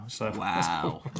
Wow